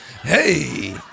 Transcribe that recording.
hey